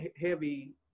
heavy